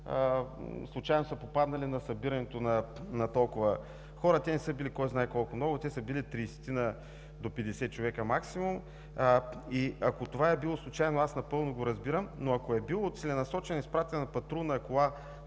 случайно са попаднали на събирането на толкова хора. Те не са били кой знае колко много, те са били 30-ина до 50 човека максимум. Ако това е било случайно, аз напълно го разбирам. Но ако целенасочено е изпратена патрулна кола